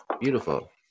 Beautiful